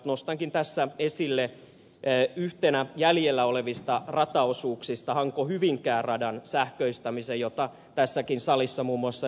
nostankin tässä esille yhtenä jäljellä olevista rataosuuksista hankohyvinkää radan sähköistämisen jota tässäkin salissa muun muassa ed